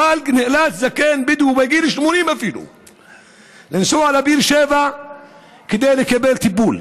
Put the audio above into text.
אפילו זקן בדואי בגיל 80 נאלץ לנסוע לבאר שבע כדי לקבל טיפול.